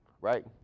right